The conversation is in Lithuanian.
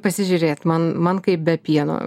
pasižiūrėt man man kaip be pieno